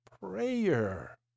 prayer